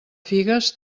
figues